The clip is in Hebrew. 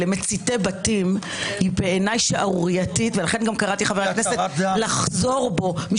למציתי בתים היא בעיניי שערורייתית ולכן קראתי לחבר הכנסת לחזור בו.